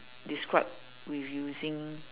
describe with using